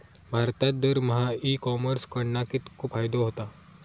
भारतात दरमहा e commerce कडणा कितको फायदो होता?